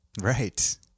Right